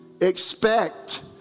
Expect